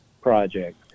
project